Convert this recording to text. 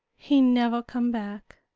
he never come back.